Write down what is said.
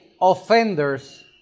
offenders